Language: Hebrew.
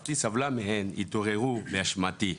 שמשפחתי סבלה מהן התעוררו באשמתי.